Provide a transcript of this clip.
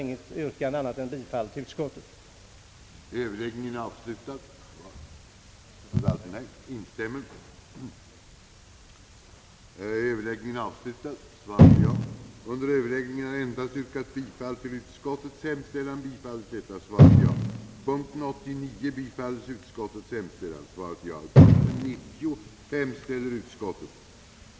Reservanterna hade bland annat ansett, att den verksamhet, som anslaget möjliggjorde, skulle anförtros Sveriges ungdomsorganisationers landsråd.